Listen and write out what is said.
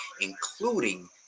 including